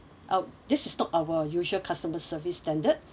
uh this is not our usual customer service standard